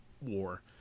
war